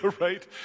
right